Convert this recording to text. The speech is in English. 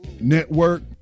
Network